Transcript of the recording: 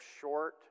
short